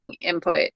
input